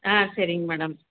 ஆ சரிங்க மேடம்